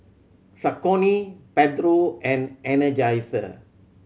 Saucony Pedro and Energizer